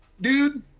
dude